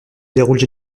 déroulent